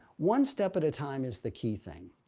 one step at a time is the key thing.